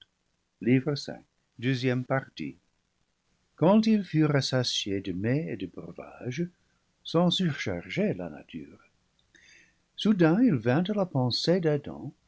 quand ils furent rassasiés de mets et de breuvages sans surcharger la nature soudain il vint à la pensée